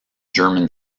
german